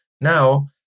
Now